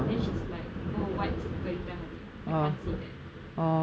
then she's like oh what's beritan harian I can't say that